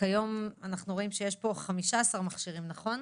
אנחנו רואים שיש 15 מכשירים, נכון?